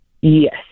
Yes